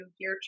gear